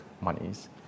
monies